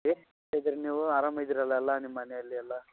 ಹೇಗಿದೀರಿ ನೀವೂ ಆರಾಮ ಇದೀರಲ್ಲ ಎಲ್ಲ ನಿಮ್ಮ ಮನೆಯಲ್ಲಿ ಎಲ್ಲ